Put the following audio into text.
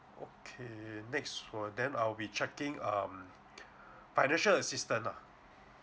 okay next well then I'll be checking um financial assistance ah